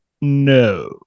no